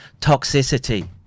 toxicity